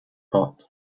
pot